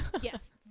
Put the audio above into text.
yes